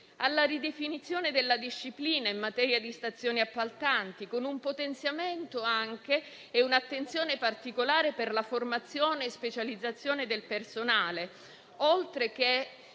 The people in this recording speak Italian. la ridefinizione della disciplina in materia di stazioni appaltanti, con un potenziamento e un'attenzione particolare per la formazione e specializzazione del personale, oltre alla